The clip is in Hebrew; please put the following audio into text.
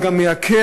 אבל גם מייקר,